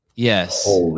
Yes